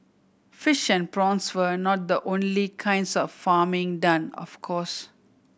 fish and prawns were not the only kinds of farming done of course